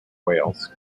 wales